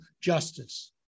justice